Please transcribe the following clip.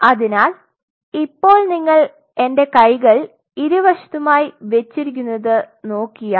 അതിനാൽ ഇപ്പോൾ നിങ്ങൾ എന്റെ കൈകൾ ഇരുവശത്തുമായി വെച്ചിരിക്കുന്നത് നോക്കിയാൽ